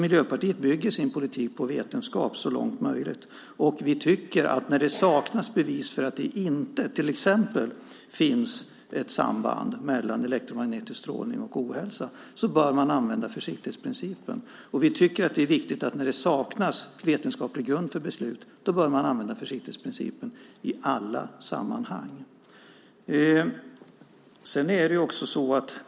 Miljöpartiet bygger sin politik på vetenskap så långt det är möjligt, och när det saknas bevis till exempel för en brist på samband mellan elektromagnetisk strålning och ohälsa, tycker vi att man bör använda försiktighetsprincipen. När det saknas vetenskaplig grund för ett beslut tycker vi i alla sammanhang att det är viktigt att använda försiktighetsprincipen.